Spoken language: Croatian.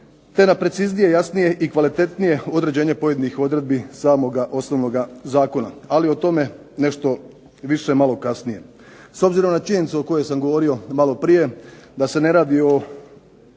te na preciznije, jasnije i kvalitetnije određenje pojedinih odredbi samoga osnovnoga zakona. Ali o tome nešto više malo kasnije. S obzirom na činjenicu o kojoj sam govorio maloprije da se ne radi o